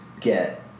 get